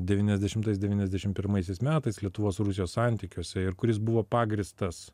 devyniasdešimtais devyniasdešimt pirmaisiais metais lietuvos ir rusijos santykiuose ir kuris buvo pagrįstas